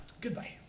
Goodbye